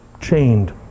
chained